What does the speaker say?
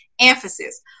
emphasis